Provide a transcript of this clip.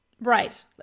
right